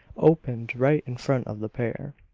opened right in front of the pair.